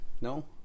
no